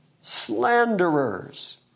slanderers